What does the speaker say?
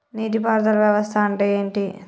నీటి పారుదల వ్యవస్థ అంటే ఏంటి?